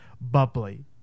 Bubbly